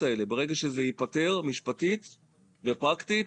האלה ברגע שזה ייפתר משפטית ופרקטית,